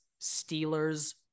Steelers